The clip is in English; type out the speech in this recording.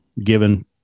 given